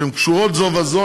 שהן קשורות זו בזו,